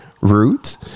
root